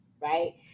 right